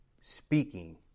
Speaking